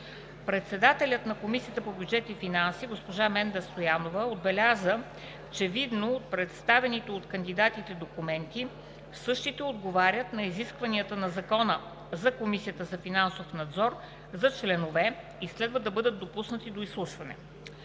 Председателят на Комисията по бюджет и финанси госпожа Менда Стоянова отбеляза, че, видно от представените от кандидатите документи, същите отговарят на изискванията на Закона за Комисията за финансов надзор за членове и следва да бъдат допуснати до изслушване.